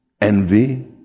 envy